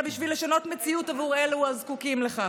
אלא בשביל לשנות מציאות עבור אלו הזקוקים לכך.